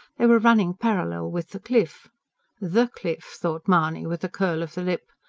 they were running parallel with the cliff the cliff! thought mahony with a curl of the lip.